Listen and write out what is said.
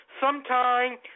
sometime